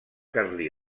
carlí